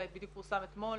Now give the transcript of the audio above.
זה בדיוק פורסם אתמול,